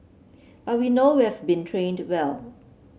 but we know we've been trained well